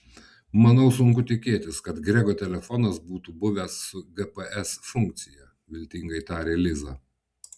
manau sunku tikėtis kad grego telefonas būtų buvęs su gps funkcija viltingai tarė liza